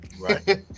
right